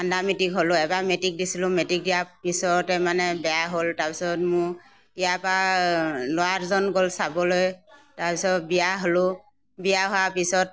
under matric হ'লো এবাৰ matric দিছিলোঁ মেটিক দিয়া পিছতে মানে বেয়া হ'ল তাৰপিছতে মোৰ ইয়াৰপৰা ল'ৰা দুজন গ'ল চাবলৈ তাৰপিছত বিয়া হ'লো বিয়া হোৱা পিছত